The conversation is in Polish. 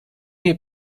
mnie